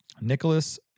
Nicholas